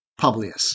Publius